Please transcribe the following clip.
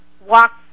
walk